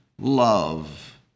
love